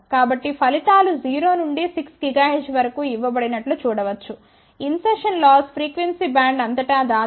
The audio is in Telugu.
కాబట్టి ఫలితాలు 0 నుండి 6 GHz వరకు ఇవ్వబడినట్లు చూడవచ్చు ఇన్సర్షస్ లాస్ ఫ్రీక్వెన్సీ బ్యాండ్ అంతటా దాదాపు 0